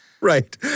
Right